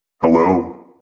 Hello